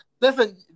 Listen